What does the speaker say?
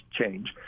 change